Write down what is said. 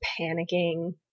panicking